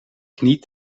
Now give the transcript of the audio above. knie